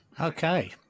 okay